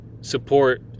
support